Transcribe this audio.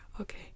Okay